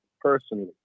personally